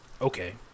okay